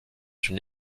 une